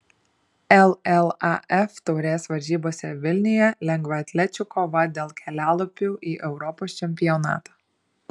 llaf taurės varžybose vilniuje lengvaatlečių kova dėl kelialapių į europos čempionatą